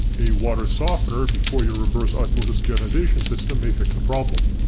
a water softener before your reverse osmosis deionization system may fix the problem.